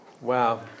Wow